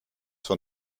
von